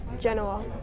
Genoa